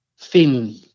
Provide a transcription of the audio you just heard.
thin